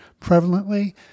prevalently